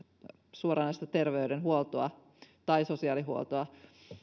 suoranaista terveydenhuoltoa tai sosiaalihuoltoa